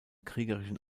kriegerischen